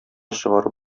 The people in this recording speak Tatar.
чыгарып